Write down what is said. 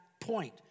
point